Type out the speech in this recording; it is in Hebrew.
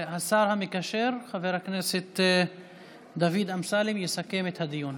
השר המקשר חבר הכנסת דוד אמסלם יסכם את הדיון.